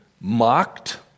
mocked